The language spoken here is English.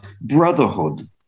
brotherhood